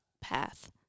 path